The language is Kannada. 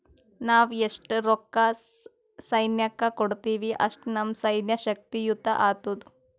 ನಾವ್ ಎಸ್ಟ್ ರೊಕ್ಕಾ ಸೈನ್ಯಕ್ಕ ಕೊಡ್ತೀವಿ, ಅಷ್ಟ ನಮ್ ಸೈನ್ಯ ಶಕ್ತಿಯುತ ಆತ್ತುದ್